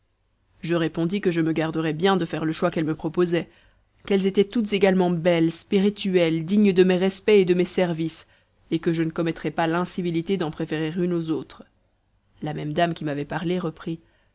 je répondis que je me garderais bien de faire le choix qu'elles me proposaient qu'elles étaient toutes également belles spirituelles dignes de mes respects et de mes services et que je ne commettrais pas l'incivilité d'en préférer une aux autres la même dame qui m'avait parlé reprit